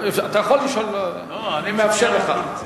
אתה יכול לשאול, אני מאפשר לך.